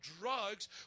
Drugs